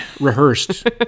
rehearsed